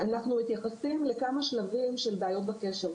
אנחנו מתייחסים לכמה שלבים של בעיות בקשר.